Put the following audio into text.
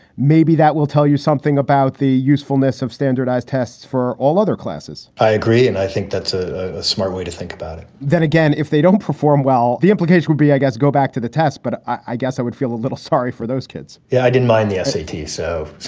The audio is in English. maybe that will tell you something about the usefulness of standardized tests for all other classes i agree. and i think that's a smart way to think about it then again, if they don't perform well, the implication would be, i guess, go back to the test. but i guess i would feel a little sorry for those kids yeah, i didn't mind the s a t. so